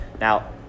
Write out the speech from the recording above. Now